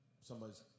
somebody's